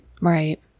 Right